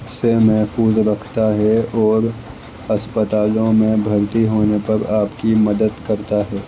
سے محفوظ رکھتا ہے اور اسپتالوں میں بھرتی ہونے پر آپ کی مدد کرتا ہے